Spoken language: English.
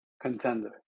contender